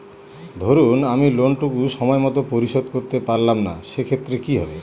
ধরুন আমি লোন টুকু সময় মত পরিশোধ করতে পারলাম না সেক্ষেত্রে কি হবে?